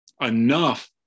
enough